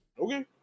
Okay